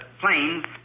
planes